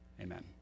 Amen